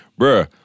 Bruh